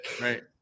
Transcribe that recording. right